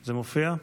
זה מופיע?